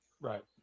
Right